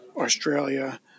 Australia